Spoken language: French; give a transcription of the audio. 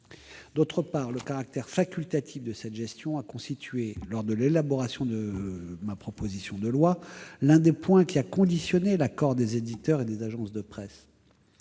D'autre part, le caractère facultatif de cette gestion a constitué, lors de l'élaboration de la proposition de loi, l'un des points conditionnant l'accord des éditeurs et des agences de presse.